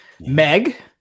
Meg